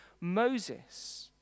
Moses